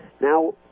Now